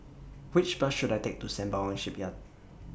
Which Bus should I Take to Sembawang Shipyard